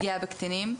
לפגיעה בקטינים,